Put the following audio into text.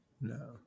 no